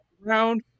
round